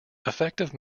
effective